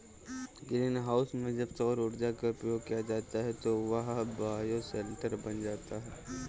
green house में जब सौर ऊर्जा का प्रयोग किया जाता है तो वह बायोशेल्टर बन जाता है